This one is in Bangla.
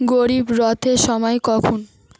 গরীব রথের সময় কখন